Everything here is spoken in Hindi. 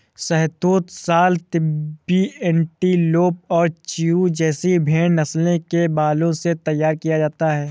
शहतूश शॉल तिब्बती एंटीलोप और चिरु जैसी भेड़ नस्लों के बालों से तैयार किया जाता है